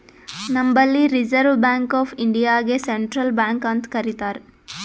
ನಂಬಲ್ಲಿ Reserve Bank of ಇಂಡಿಯಾಗೆ central bank ಅಂತ್ ಕರಿತಾರ್